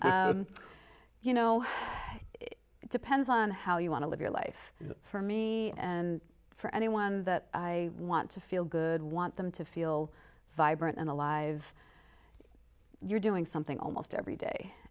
you know it depends on how you want to live your life for me and for anyone that i want to feel good want them to feel vibrant and alive you're doing something almost every day